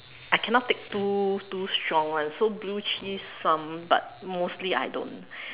I cannot take too too strong one so blue cheese some but mostly I don't